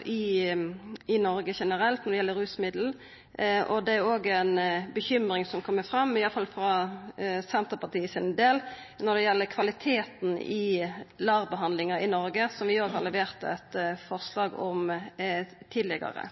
i Noreg generelt når det gjeld rusmiddel, og det er òg ei bekymring som kjem fram, i alle fall frå Senterpartiet, når det gjeld kvaliteten i LAR-behandlinga i Noreg, som vi òg har levert eit forslag om tidlegare.